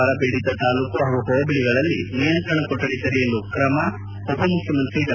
ಬರ ಪೀಡಿತ ತಾಲೂಕು ಹಾಗೂ ಹೋಬಳಗಳಲ್ಲಿ ನಿಯಂತ್ರಣ ಕೊಠಡಿ ತೆರೆಯಲು ತ್ರಮ ಉಪ ಮುಖ್ಯಮಂತ್ರಿ ಡಾ